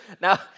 now